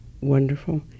wonderful